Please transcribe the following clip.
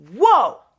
whoa